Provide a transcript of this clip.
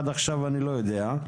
עד עכשיו אני לא יודע.